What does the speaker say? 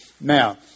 Now